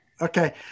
Okay